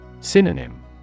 Synonym